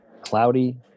cloudy